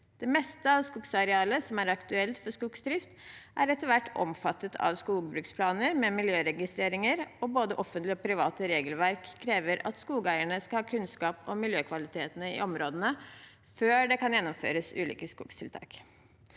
Det meste av skogarealet som er aktuelt for skogsdrift, er etter hvert omfattet av skogbruksplaner med miljøregistreringer, og både offentlige og private regelverk krever at skogeierne skal ha kunnskap om miljøkvalitetene i områdene før det kan gjennomføres ulike skogstiltak.